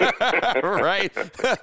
right